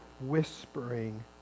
whispering